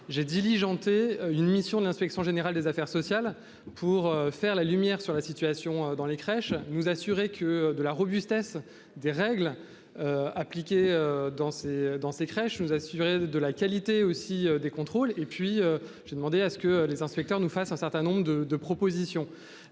j'ai diligenté une mission de l'inspection générale des affaires sociales pour faire la lumière sur la situation dans les crèches et nous assurer de la robustesse des règles qui y sont appliquées, ainsi que de la qualité des contrôles. J'ai également demandé que les inspecteurs nous fassent un certain nombre de propositions.